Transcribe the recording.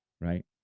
Right